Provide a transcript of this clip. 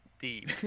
deep